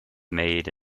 made